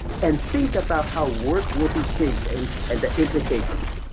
and think about how work will be changed and and the implications.